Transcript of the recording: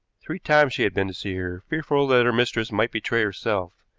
three times she had been to see her, fearful that her mistress might betray herself.